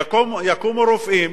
יקומו רופאים